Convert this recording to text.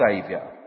Saviour